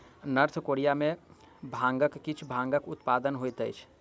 north Korea में भांगक किछ भागक उत्पादन होइत अछि